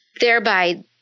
thereby